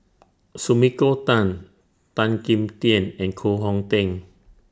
Sumiko Tan Tan Kim Tian and Koh Hong Teng